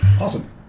Awesome